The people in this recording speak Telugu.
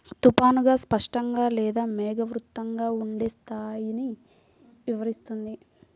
తుఫానుగా, స్పష్టంగా లేదా మేఘావృతంగా ఉండే స్థాయిని వివరిస్తుంది